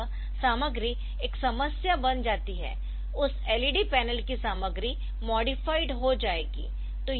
तो इस तरह सामग्री एक समस्या बन जाती है उस LED पैनल की सामग्री मॉडिफाइड हो जाएगी